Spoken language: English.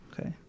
okay